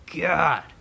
god